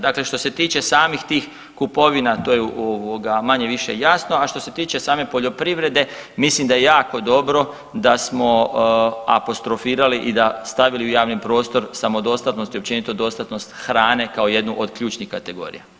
Dakle što se tiče samih tih kupovina to je ovoga manje-više jasno, a što se tiče same poljoprivrede mislim da je jako dobro da smo apostrofirali i stavili u javni prostor samodostatnost i općenito dostatnost hrane kao jednu od ključnih kategorija.